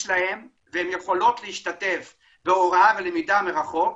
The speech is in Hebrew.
בין אוכלוסיות שיש להם ויכולות להשתתף בהוראה ולמידה מרחוק,